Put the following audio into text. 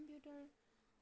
computer